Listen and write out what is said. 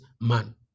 man